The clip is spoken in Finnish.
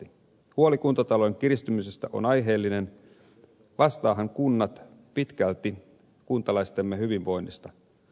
huoli kuntatalouden kiristymisestä on aiheellinen vastaavathan kunnat pitkälti kunta laistemme hyvinvoinnista